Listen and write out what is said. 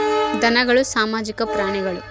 ಧನಗಳು ಸಾಮಾಜಿಕ ಪ್ರಾಣಿಗಳು